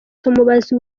tumubaza